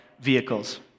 Vehicles